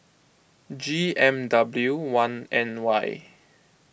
G M W one N Y